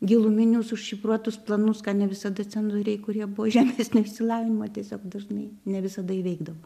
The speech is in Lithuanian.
giluminius užšifruotus planus ką ne visada cenzoriai kurie buvo žemesnio išsilavinimo tiesiog dažnai ne visada įveikdavo